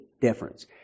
difference